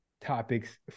topics